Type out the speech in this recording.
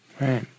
Right